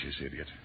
idiot